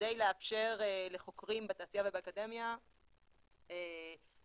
כדי לאפשר לחוקרים בתעשייה ובאקדמיה לחקור